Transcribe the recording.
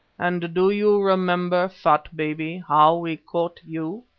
and do you remember, fat baby, how we caught you?